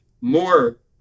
more